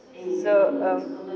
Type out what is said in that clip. so um